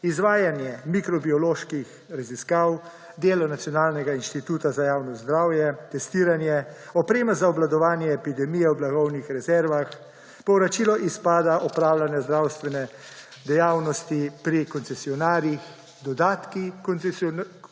izvajanje mikrobioloških raziskav, delo Nacionalnega inštituta za javno zdravje, testiranje, oprema za obvladovanje epidemije v blagovnih rezervah, povračilo izpada opravljanja zdravstvene dejavnosti pri koncesionarjih, dodatki koncesionarjem